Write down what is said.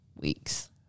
weeks